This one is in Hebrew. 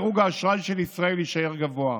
וגם דירוג האשראי של ישראל יישאר גבוה.